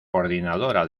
coordinadora